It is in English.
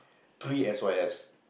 three S_Y_Fs